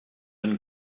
and